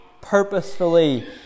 purposefully